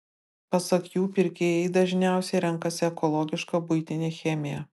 pasak jų pirkėjai dažniausiai renkasi ekologišką buitinę chemiją